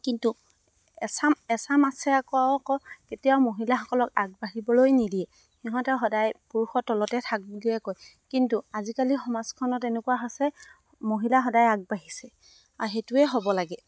কিন্তু এচাম আছে আকৌ কেতিয়াও মহিলাসকলক আগবাঢ়িবলৈ নিদিয়ে সিহঁতে সদায় পুৰুষৰ তলতে থাক বুলিয়ে কয় কিন্তু আজিকালি সমাজখনত এনেকুৱা হৈছে মহিলা সদায় আগবাঢ়িছে আৰু সেইটোৱে হ'ব লাগে